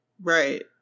right